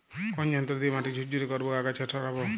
কোন যন্ত্র দিয়ে মাটি ঝুরঝুরে করব ও আগাছা সরাবো?